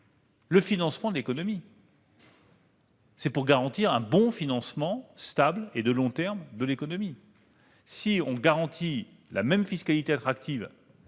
le financement de l'économie. Il vise à garantir un bon financement stable et de long terme de l'économie. Si l'on garantit la même fiscalité attractive,